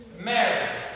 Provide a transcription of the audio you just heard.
Mary